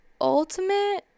ultimate